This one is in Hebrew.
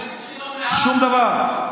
שום דבר.